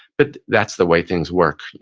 but that's the way things work,